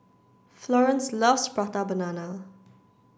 Florence loves Prata Banana